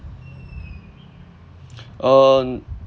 um